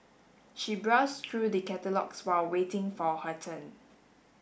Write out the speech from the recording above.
she browsed through the catalogues while waiting for her turn